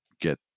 get